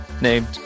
named